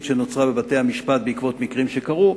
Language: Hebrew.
שנוצרה בבתי-המשפט בעקבות מקרים שקרו,